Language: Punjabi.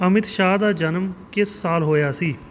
ਅਮਿਤ ਸ਼ਾਹ ਦਾ ਜਨਮ ਕਿਸ ਸਾਲ ਹੋਇਆ ਸੀ